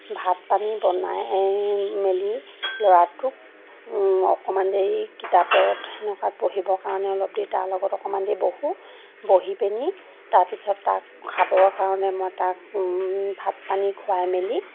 ভাত পানী বনাই মেলি ল'ৰাটোক অকণমান দেৰি কিতাপত সেনেকুৱাত পঢ়িবৰ কাৰণে অলপ দেৰি তাৰ লগত অকণমান দেৰি বহোঁ বহি পিনি তাৰ পিছত তাক খাবৰ কাৰণে মই তাক ভাত পানী খুৱাই মেলি